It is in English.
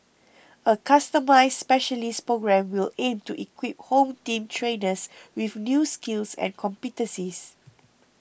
a customised specialist programme will aim to equip Home Team trainers with new skills and competencies